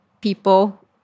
people